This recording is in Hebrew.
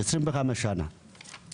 אני